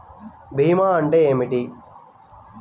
భీమా అంటే ఏమిటి?